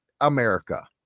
America